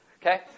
Okay